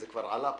הכי זה כבר עלה פה,